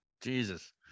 Jesus